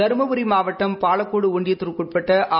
தருமபுரி மாவட்டம் பாலக்கோடு ஒன்றியத்திற்கு உட்பட்ட அ